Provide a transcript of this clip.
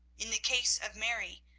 in the case of mary,